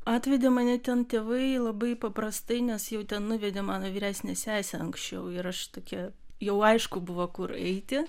atvedė mane ten tėvai labai paprastai nes jau ten nuvedė mano vyresnę sesę anksčiau ir aš tokia jau aišku buvo kur eiti